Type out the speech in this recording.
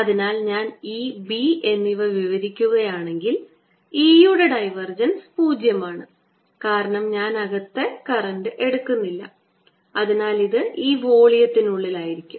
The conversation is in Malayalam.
അതിനാൽ ഞാൻ E B എന്നിവ വിവരിക്കുകയാണെങ്കിൽ E യുടെ ഡൈവർജൻസ് 0 ആണ് കാരണം ഞാൻ അകത്ത് കറന്റ് എടുക്കുന്നില്ല അതിനാൽ ഇത് ഈ വോള്യത്തിനുള്ളിലാണ്